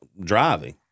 driving